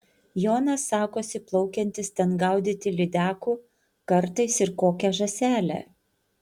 jonas sakosi plaukiantis ten gaudyti lydekų kartais ir kokią žąselę